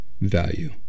value